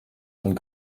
von